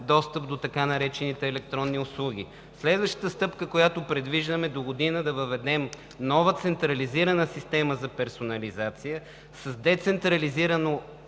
достъп до така наречените електронни услуги. Следващата стъпка, която предвиждаме, е догодина да въведем нова централизирана система за персонализация с децентрализирано